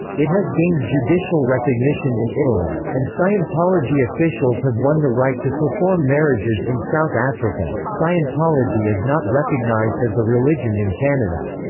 it has gained judicial recognition in italy, and scientology officials have won the right to perform marriages in south africa scientology is not recognized as a religion in canada.